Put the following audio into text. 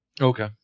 Okay